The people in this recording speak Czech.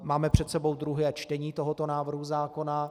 Máme před sebou druhé čtení tohoto návrhu zákona.